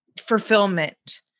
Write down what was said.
fulfillment